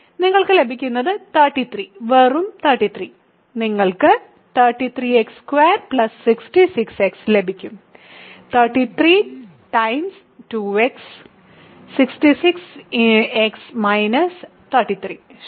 നിങ്ങൾക്ക് ലഭിക്കുന്നത് 33 വെറും 33 നിങ്ങൾക്ക് 33x2 66x ലഭിക്കും 33 തവണ 2x 66 x 33 ശരി